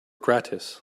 gratis